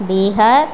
Bihar